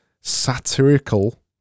satirical